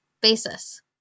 basis